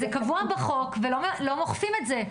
זה קבוע בחוק ולא אוכפים את זה.